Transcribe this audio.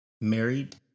Married